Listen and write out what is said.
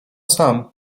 sam